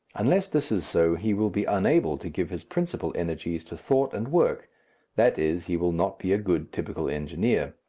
unless this is so, he will be unable to give his principal energies to thought and work that is, he will not be a good typical engineer.